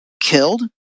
killed